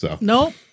Nope